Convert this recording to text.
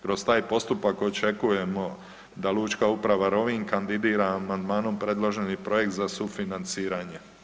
Kroz taj postupak očekujemo da Lučka uprava Rovinj kandidira amandmanom predloženi projekt za sufinanciranje.